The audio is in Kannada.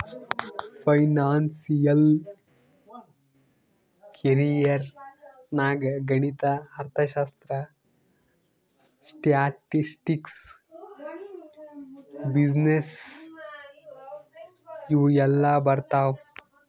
ಫೈನಾನ್ಸಿಯಲ್ ಕೆರಿಯರ್ ನಾಗ್ ಗಣಿತ, ಅರ್ಥಶಾಸ್ತ್ರ, ಸ್ಟ್ಯಾಟಿಸ್ಟಿಕ್ಸ್, ಬಿಸಿನ್ನೆಸ್ ಇವು ಎಲ್ಲಾ ಬರ್ತಾವ್